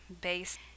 base